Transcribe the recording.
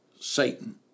Satan